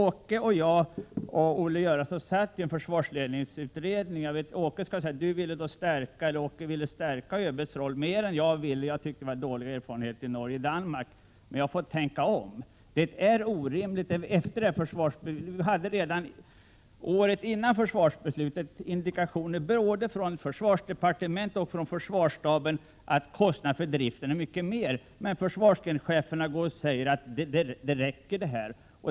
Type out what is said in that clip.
Åke Gustavsson, Olle Göransson och jag satt med i en försvarsledningsutredning. Åke Gustavsson ville där stärka ÖB:s roll mer än jag ville — jag tyckte det fanns dåliga erfarenheter av det i Norge och Danmark — men jag har fått tänka om på den punkten. Vi hade redan året före försvarsbeslutet indikationer både från försvarsdepartementet och från försvarsstaben på att kostnaderna för driften är mycket högre, men försvarsgrenscheferna sade att de föreslagna anslagen räckte.